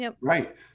Right